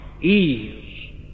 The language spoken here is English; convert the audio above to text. Ease